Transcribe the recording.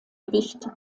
gewicht